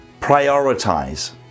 prioritize